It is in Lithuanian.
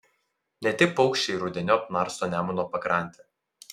ne tik paukščiai rudeniop narsto nemuno pakrantę